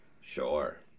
Sure